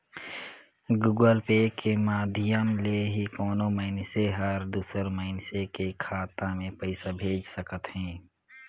Google Pay के माधियम ले ही कोनो मइनसे हर दूसर मइनसे के खाता में पइसा भेज सकत हें